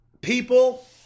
people